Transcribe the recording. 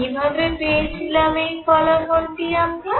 কি ভাবে পেয়েছিলাম এই ফলাফলটি আমরা